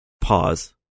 Pause